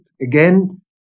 Again